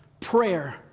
prayer